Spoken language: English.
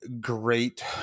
great